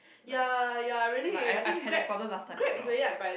like like I've I've had that problem last time as well